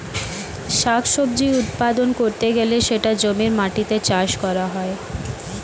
শাক সবজি উৎপাদন করতে গেলে সেটা জমির মাটিতে চাষ করা হয়